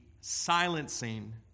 silencing